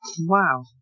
Wow